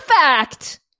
fact